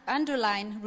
underline